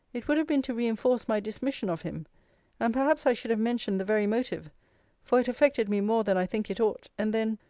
it would have been to reinforce my dismission of him and perhaps i should have mentioned the very motive for it affected me more than i think it ought and then,